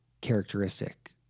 characteristic